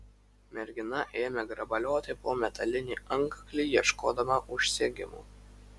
mergina ėmė grabalioti po metalinį antkaklį ieškodama užsegimo